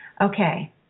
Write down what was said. Okay